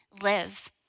live